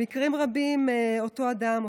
במקרים רבים אותו אדם,